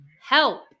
help